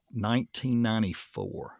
1994